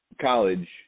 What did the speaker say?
college